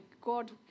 God